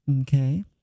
Okay